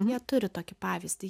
jie turi tokį pavyzdį